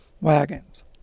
wagons